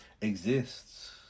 exists